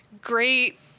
great